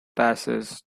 passes